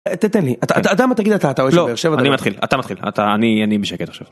תתן לי אתה יודע מה תגיד אתה אתה אוהד של באר-שבע. לא אני מתחיל, אתה מתחיל, אני אני בשקט עכשיו.